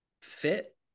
fit